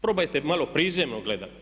Probajte malo prizemno gledati.